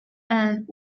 and